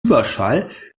überschall